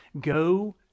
Go